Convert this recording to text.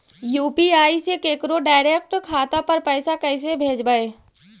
UPI से केकरो direct खाता पर पैसा कैसे भेजबै?